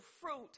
fruit